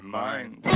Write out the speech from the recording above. mind